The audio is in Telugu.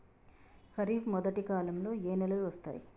ఖరీఫ్ మొదటి కాలంలో ఏ నెలలు వస్తాయి?